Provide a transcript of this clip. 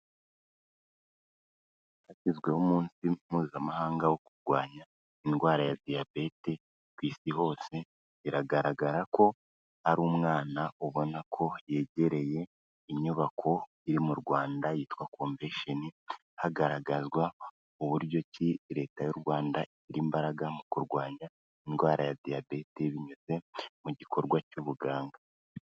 Hashyizweho umunsi mpuzamahanga wo kurwanya indwara ya diyabete ku Isi hose, biragaragara ko ari umwana ubona ko yegereye inyubako iri mu Rwanda yitwa Komvesheni, hagaragazwa uburyo ki Leta y'u Rwanda ishyira imbaraga mu kurwanya indwara ya diyabete binyuze mu gikorwa cy'ubuganga.